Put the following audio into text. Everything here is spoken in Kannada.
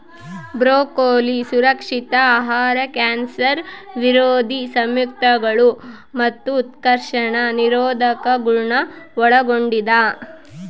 ಬ್ರೊಕೊಲಿ ಸುರಕ್ಷಿತ ಆಹಾರ ಕ್ಯಾನ್ಸರ್ ವಿರೋಧಿ ಸಂಯುಕ್ತಗಳು ಮತ್ತು ಉತ್ಕರ್ಷಣ ನಿರೋಧಕಗುಳ್ನ ಒಳಗೊಂಡಿದ